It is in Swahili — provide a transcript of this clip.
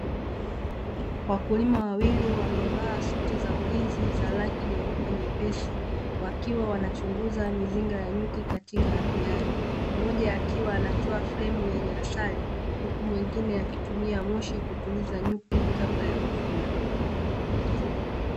Wakulima wawili wamevaa suti za ulinzi za rangi nyeupe nyepesi, wakiwa wanachunguza mizinga ya nyuki katika apiari. Mmoja akiwa anatoa fremu yenye asali, huku mwingine akitumia moshi kutuliza nyuki kabla ya kuvuna.